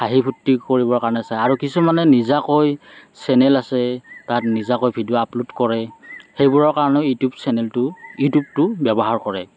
হাঁহি ফুৰ্তি কৰিবৰ কাৰণে চায় আৰু কিছুমানে নিজাকৈ চেনেল আছে তাত নিজাকৈ ভিডিঅ' আপলোড কৰে সেইবোৰৰ কাৰণেও ইউটিউব চেনেলটো ইউটিউবটো ব্যৱহাৰ কৰে